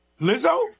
Lizzo